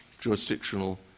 jurisdictional